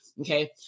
Okay